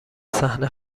صحنه